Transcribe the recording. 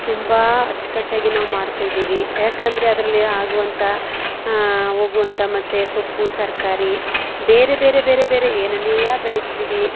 ತುಂಬ ಅಚ್ಚುಕಟ್ಟಾಗಿ ನಾವು ಮಾಡ್ತಾಯಿದ್ದೀವಿ ಯಾಕೆಂದ್ರೆ ಅದರಲ್ಲಿ ಆಗುವಂಥ ಹೋಗುವಂಥ ಮತ್ತೆ ಸೊಪ್ಪು ತರಕಾರಿ ಬೇರೆ ಬೇರೆ ಬೇರೆ ಬೇರೆ ಏನೆಲ್ಲ ಬೆಳಿತಿದ್ದೀವಿ